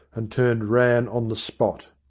and turned rann on the spot.